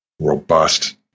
robust